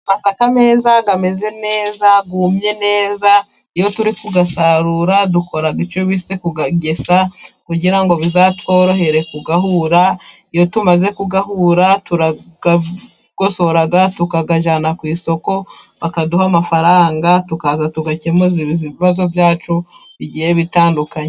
Amasaka meza, ameze neza, yumye neza. Iyo turi kuyasarura dukora icyo bita kuyagesa kugira ngo bizatworohere kuyahura. Iyo tumaze kuyahura turayagosora, tukayajyana ku isoko bakaduha amafarangaza, tugakemuza ibibazo byacu bigiye bitandukanye.